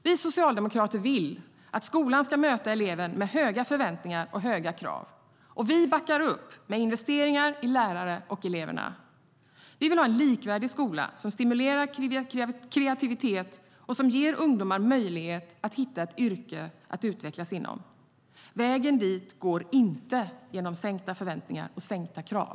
Vi socialdemokrater vill att skolan ska möta eleven med höga förväntningar och höga krav, och vi backar upp med investeringar i lärare och elever. Vi vill ha en likvärdig skola som stimulerar kreativitet och som ger ungdomar möjlighet att hitta ett yrke att utvecklas inom. Vägen dit går inte genom sänkta förväntningar och sänkta krav.